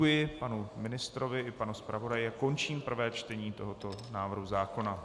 Děkuji panu ministrovi i panu zpravodaji a končím prvé čtení tohoto návrhu zákona.